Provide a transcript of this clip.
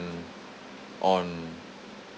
um on